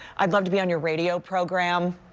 i would love to be on your radio program,